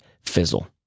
Fizzle